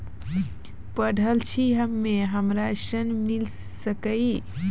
पढल छी हम्मे हमरा ऋण मिल सकई?